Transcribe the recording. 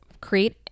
create